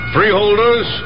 Freeholders